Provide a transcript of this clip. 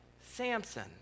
Samson